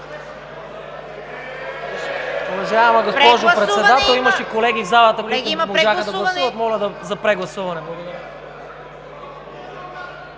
Прегласуване